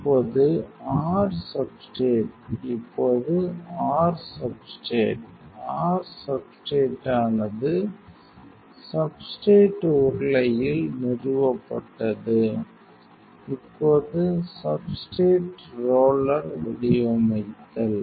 இப்போது r substrate இப்போது r substrate r substrate ஆனது சப்ஸ்ட்ரேட் உருளையில் நிறுவப்பட்டது இப்போது சப்ஸ்ட்ரேட் ரோலர் வடிவமைத்தல்